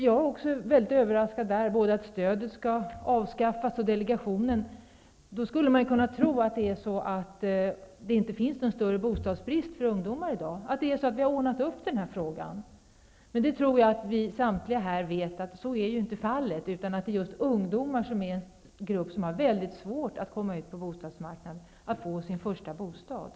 Jag är väldigt överraskad över att både stödet och delegationen skall avskaffas. Man skulle av det kunna tro att det i dag inte finns någon större bostadsbrist för ungdomar, att vi har ordnat upp den frågan. Men jag tror att samtliga här vet att så inte är fallet, utan att just ungdomar är en grupp som har mycket svårt att komma ut på bostadsmarknaden och få sin första bostad.